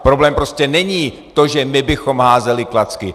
Problém prostě není to, že my bychom házeli klacky.